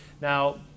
Now